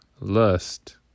lust